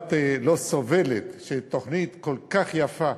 שהדעת לא סובלת, שתוכנית כל כך יפה,